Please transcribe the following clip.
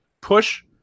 push